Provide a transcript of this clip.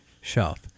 shelf